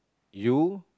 you